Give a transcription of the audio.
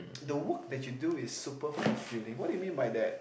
the work that you do is super fulfilling what do you mean by that